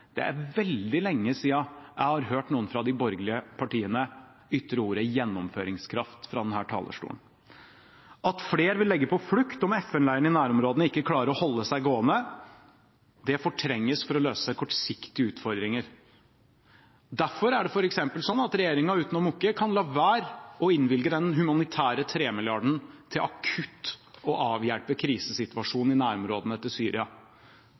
Det er veldig lenge siden jeg har hørt noen fra de borgerlige partiene ytre ordet «gjennomføringskraft» fra denne talerstolen. At flere vil legge på flukt om FN-leirene i nærområdene ikke klarer å holde det gående, fortrenges for å løse kortsiktige utfordringer. Derfor er det f.eks. slik at regjeringen uten å mukke kan la være å bevilge de 3 mrd. kr til akutt å avhjelpe den humanitære krisesituasjonen i nærområdene til Syria,